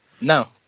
No